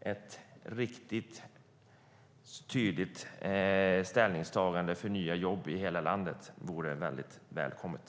Ett riktigt tydligt ställningstagande för nya jobb i hela landet vore väldigt välkommet.